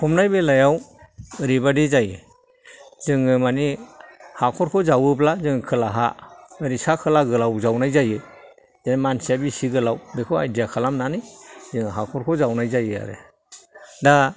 फबनाय बेलायाव ओरैबायदि जायो जोङो माने हाख'रखौ जावोब्ला खोलाहा ओरै सा खोला गोलाव जावनाय जायो जे मानसिया बेसे गोलाव बेखौ आयदिया खालामनानै जों हाख'रखौ जावनाय जायो आरो दा